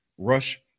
Rush